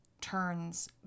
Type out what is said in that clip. turns